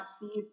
see